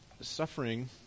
suffering